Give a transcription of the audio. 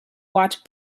watch